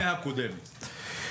לפני הקודמת.